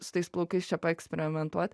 su tais plaukais čia paeksperimentuot